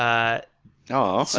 i know.